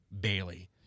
Bailey